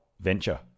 venture